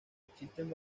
existen